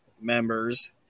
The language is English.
members